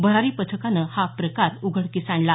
भरारी पथकाने हा प्रकार उघडकीस आणला